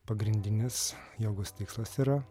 pagrindinis jogos tikslas yra